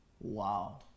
Wow